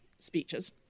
speeches